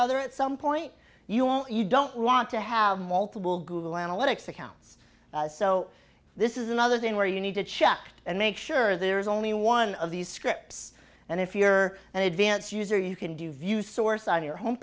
other at some point you won't you don't want to have multiple google analytics accounts so this is another thing where you need to check and make sure there is only one of these scripts and if you are an advanced user you can do view source on your home